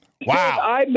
Wow